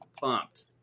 pumped